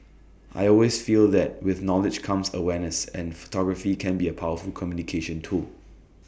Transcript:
I always feel that with knowledge comes awareness and photography can be A powerful communication tool